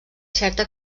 certa